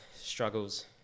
struggles